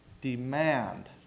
demand